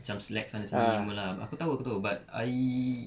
macam slack sana sini in bola aku tahu but I